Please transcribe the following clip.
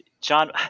John